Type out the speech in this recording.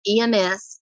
EMS